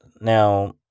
Now